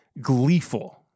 gleeful